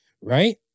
Right